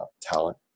talent